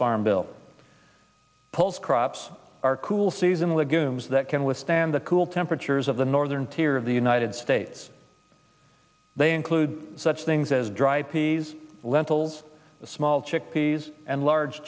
farm bill pulls crops are cool season lagoons that can withstand the cool temperatures of the northern tier of the united states they include such things as dried peas lentils small chickpeas and large